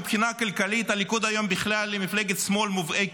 מבחינה כלכלית הליכוד היום הוא בכלל מפלגת שמאל מובהקת,